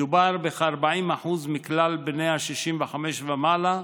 מדובר בכ-40% מכלל בני ה-65 ומעלה.